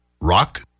Rock